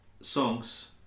songs